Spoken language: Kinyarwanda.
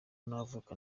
navuka